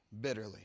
bitterly